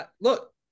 look